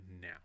now